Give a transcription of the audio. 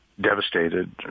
devastated